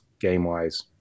game-wise